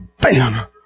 bam